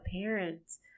parents